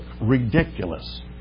ridiculous